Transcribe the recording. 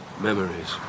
Memories